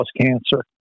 cancer